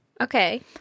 Okay